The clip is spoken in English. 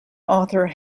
author